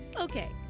Okay